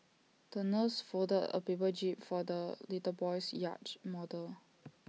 the nurse folded A paper jib for the little boy's yacht model